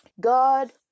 God